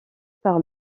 par